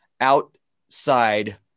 outside